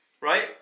right